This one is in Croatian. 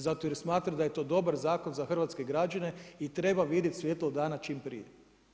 Zato jer smatram da je to dobar zakon za hrvatske građane i treba vidjeti svjetlo dana čim prije.